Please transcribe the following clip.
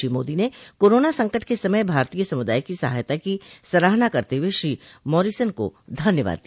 श्री मोदी ने कोरोना संकट के समय भारतीय समुदाय की सहायता की सराहना करते हुए श्रो मॉरिसन को धन्यवाद दिया